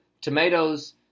tomatoes